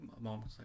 mom